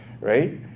right